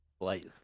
light